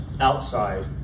outside